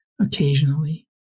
occasionally